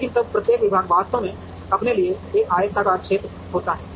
लेकिन तब प्रत्येक विभाग वास्तव में अपने लिए एक आयताकार क्षेत्र होता है